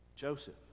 Joseph